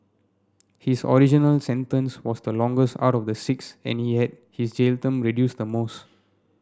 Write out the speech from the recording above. his original sentence was the longest out of the six and he had his jail term reduced the most